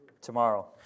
tomorrow